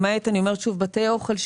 למעט אני אומרת שוב בתי אוכל,